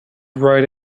right